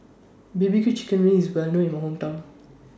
B B Q Chicken Wings IS Well known in My Hometown